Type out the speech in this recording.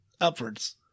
Upwards